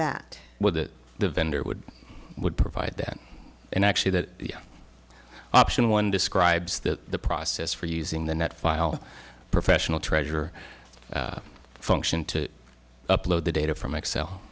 that with it the vendor would would provide that and actually that option one describes that the process for using the net file professional treasure function to upload the data from excel